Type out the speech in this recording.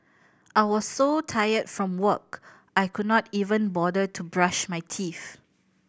I was so tired from work I could not even bother to brush my teeth